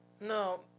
No